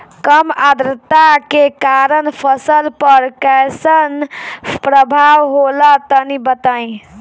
कम आद्रता के कारण फसल पर कैसन प्रभाव होला तनी बताई?